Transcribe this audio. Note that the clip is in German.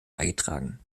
beigetragen